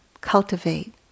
cultivate